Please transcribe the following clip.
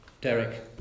Derek